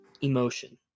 emotion